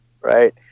right